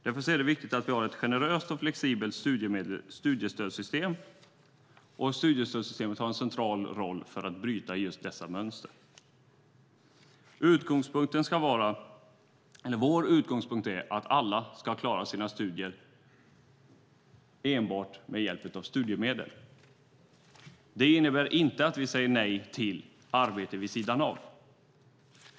Därför är det viktigt att vi har ett generöst och flexibelt studiestödssystem och att studiestödssystemet har en central roll för att bryta just dessa mönster. Vår utgångspunkt är att alla ska ha klarat sina studier enbart med hjälp av studiemedel. Det innebär inte att vi säger nej till arbete vid sidan av.